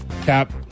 Cap